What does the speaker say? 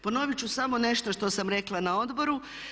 Ponovit ću samo nešto što sam rekla na Odboru.